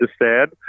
understand